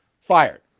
Fired